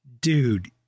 dude